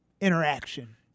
interaction